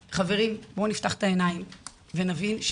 מחשש לביטחונם - ואפשר לומר שממש ברחנו להורים